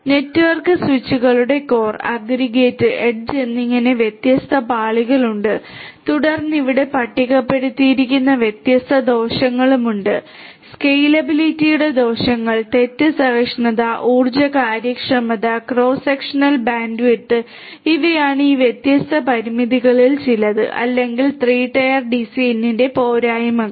network സ്വിച്ചുകളുടെ core aggregate edge എന്നിങ്ങനെ വ്യത്യസ്ത പാളികൾ ഉണ്ട് തുടർന്ന് ഇവിടെ പട്ടികപ്പെടുത്തിയിരിക്കുന്ന വ്യത്യസ്ത ദോഷങ്ങളുമുണ്ട് സ്കേലബിലിറ്റിയുടെ ദോഷങ്ങൾ തെറ്റ് സഹിഷ്ണുത ഉർജ്ജ കാര്യക്ഷമത ക്രോസ് സെക്ഷണൽ ബാൻഡ്വിഡ്ത്ത് ഇവയാണ് ഈ വ്യത്യസ്ത പരിമിതികളിൽ ചിലത് അല്ലെങ്കിൽ 3 ടയർ ഡിസിഎന്റെ പോരായ്മകൾ